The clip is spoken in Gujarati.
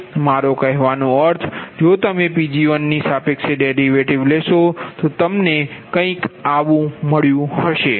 મારો કહેવાનો અર્થ જો તમે Pg1 ની સાપેક્ષે ડેરિવેટિવ લેશો તો તે તમને કંઈક આવુ મળ્યુ હશે